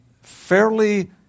fairly